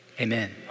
amen